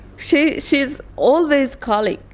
she she is always calling,